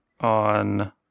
on